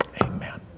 Amen